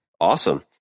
Awesome